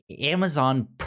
Amazon